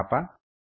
98 મીમી છે